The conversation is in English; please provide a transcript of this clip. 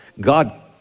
God